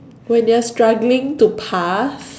when you're struggling to pass